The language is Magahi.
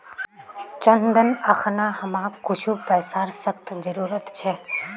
चंदन अखना हमाक कुछू पैसार सख्त जरूरत छ